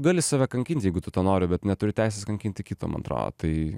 gali save kankint jeigu tu to nori bet neturi teisės kankinti kito man atrodo tai